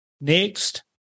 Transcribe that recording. Next